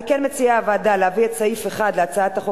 על כן מציעה הוועדה להביא את סעיף 1 להצעת החוק